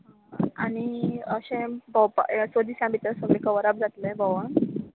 हां आनी अशें भोंवपा स दिसां भितर सगलें कवर आप जात्लें भोंवोन